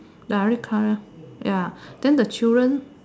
ya red colour ya then the children